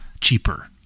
cheaper